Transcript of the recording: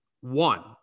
One